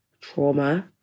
trauma